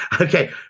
Okay